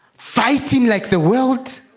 fighting like the world's